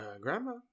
grandma